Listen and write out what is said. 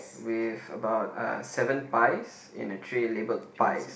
with about uh seven pies in a tray labelled pies